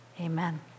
Amen